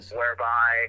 whereby